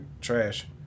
trash